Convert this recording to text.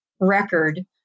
record